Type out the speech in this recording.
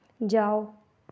जाओ